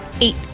Eight